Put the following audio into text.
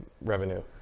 revenue